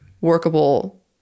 workable